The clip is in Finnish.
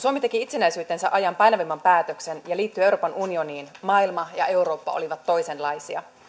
suomi teki itsenäisyytensä ajan painavimman päätöksen ja liittyi euroopan unioniin maailma ja eurooppa olivat toisenlaisia